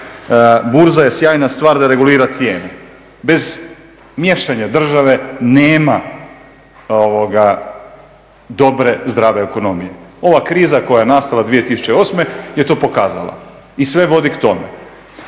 burza je sjajna stvar da regulira cijenu. Bez miješanja države nema dobre zdrave ekonomije. Ova kriza koja je nastala 2008. je to pokazala i sve vodi k tome.